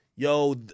Yo